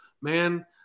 man